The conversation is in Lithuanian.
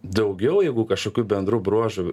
daugiau jeigu kažkokių bendrų bruožų